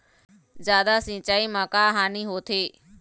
जादा सिचाई म का हानी होथे?